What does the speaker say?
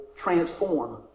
transform